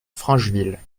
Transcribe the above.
francheville